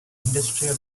industrial